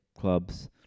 clubs